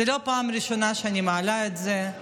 זו לא פעם ראשונה שאני מעלה את זה.